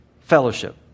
fellowship